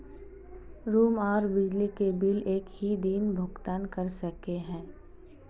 Room आर बिजली के बिल एक हि दिन भुगतान कर सके है?